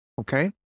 Okay